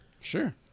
sure